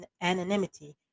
anonymity